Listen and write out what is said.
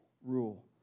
Rule